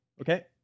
Okay